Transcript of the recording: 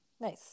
Nice